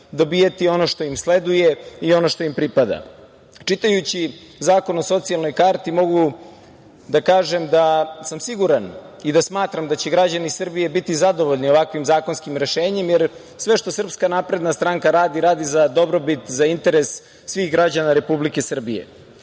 dobijati ono što im sleduje i ono što im pripada. Čitajući zakon o socijalnoj karti, mogu da kažem da sam siguran i da smatram da će građani Srbiji biti zadovoljni ovakvim zakonskim rešenjem jer sve što SNS radi, radi za dobrobit, za interes svih građana Republike Srbije. Zakon